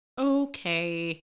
Okay